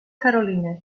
carolines